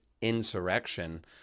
insurrection